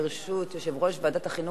ברשות יושב-ראש ועדת החינוך,